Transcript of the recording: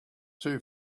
too